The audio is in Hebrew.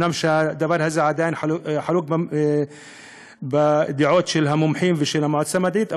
אומנם בדבר הזה עדיין יש חילוקי דעות בקרב המומחים ובמועצה המדעית,